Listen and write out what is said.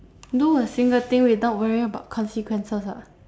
do a single thing without worrying about consequences ah